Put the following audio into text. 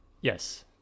Yes